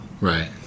Right